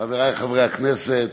חברי חברי הכנסת,